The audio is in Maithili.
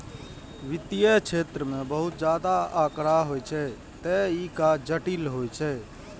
वित्तीय क्षेत्र मे बहुत ज्यादा आंकड़ा होइ छै, तें ई काज जटिल होइ छै